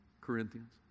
Corinthians